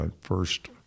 first